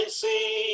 see